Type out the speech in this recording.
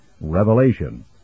Revelation